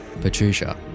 Patricia